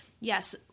yes